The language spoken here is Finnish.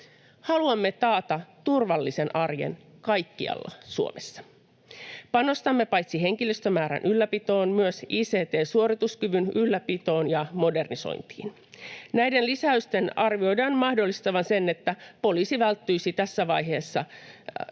Haluamme taata turvallisen arjen kaikkialla Suomessa. Panostamme paitsi henkilöstömäärän ylläpitoon myös ict-suorituskyvyn ylläpitoon ja modernisointiin. Näiden lisäysten arvioidaan mahdollistavan sen, että poliisi välttyisi tässä vaiheessa